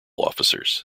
officers